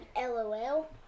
LOL